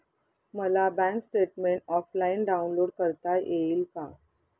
मला bank statement offline download करता येईल का?